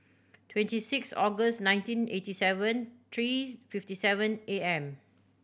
twenty six August nineteen eighty seven three fifty seven A M